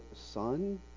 son